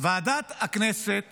ועדת הכנסת